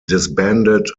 disbanded